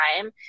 time